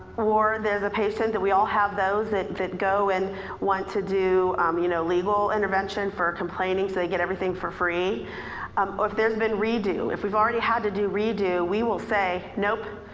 or there's a patient that we all have those that that go and want to do um you know legal intervention for complaining so they get everything for free. um or if there's been re-do. if we've already had to do re-do we will say, nope.